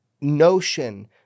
notion